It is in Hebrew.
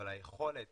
אבל היכולת